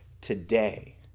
today